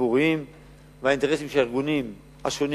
הציבוריים והאינטרסים שהארגונים השונים